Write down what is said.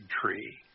tree